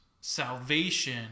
salvation